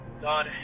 God